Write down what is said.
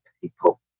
people